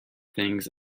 things